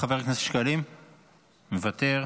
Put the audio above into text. חבר הכנסת שקלים, מוותר.